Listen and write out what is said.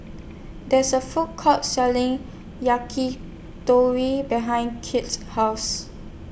There IS A Food Court Selling Yakitori behind Kirt's House